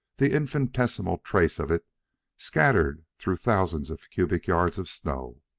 the infinitesimal trace of it scattered through thousands of cubic yards of snow.